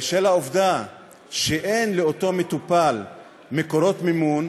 בשל העובדה שאין לאותו מטופל מקורות מימון,